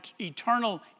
eternal